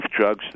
drugs